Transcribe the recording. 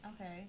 Okay